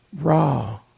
raw